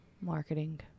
Marketing